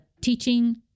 teaching